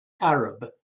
arab